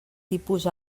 tipus